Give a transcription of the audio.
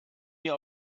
mir